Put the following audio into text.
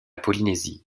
polynésie